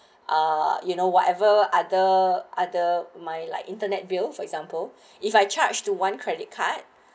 uh you know whatever other other my like internet bill for example if I charge to one credit card